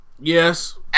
Yes